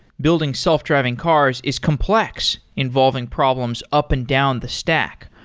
building self-driving cars is complex involving problems up and down the stack.